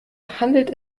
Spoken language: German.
handelt